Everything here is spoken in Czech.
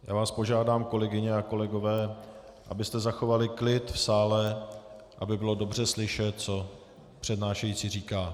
Já vás požádám, kolegyně a kolegové, abyste zachovali klid v sále, aby bylo dobře slyšet, co přednášející říká.